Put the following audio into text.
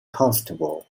constable